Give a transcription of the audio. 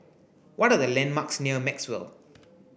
what are the landmarks near Maxwell